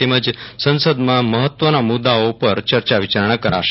તેમજ સંસદમાં મહત્વના મુદ્દાઓ ઉપર ચર્ચા વિચારણા કરાશે